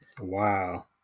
Wow